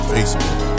Facebook